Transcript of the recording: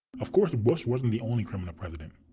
of course bush wasn't the only criminal president.